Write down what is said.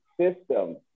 system